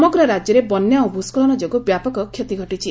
ସମଗ୍ର ରାଜ୍ୟରେ ବନ୍ୟା ଓ ଭ୍ରସ୍କଳନ ଯୋଗୁଁ ବ୍ୟାପକ କ୍ଷତି ଘଟିଛି